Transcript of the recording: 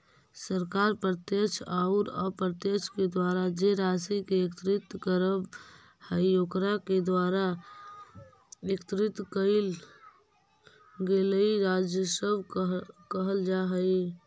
सरकार प्रत्यक्ष औउर अप्रत्यक्ष के द्वारा जे राशि के एकत्रित करवऽ हई ओकरा के द्वारा एकत्रित कइल गेलई राजस्व कहल जा हई